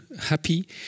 happy